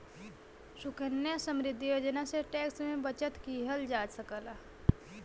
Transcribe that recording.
सुकन्या समृद्धि योजना से टैक्स में बचत किहल जा सकला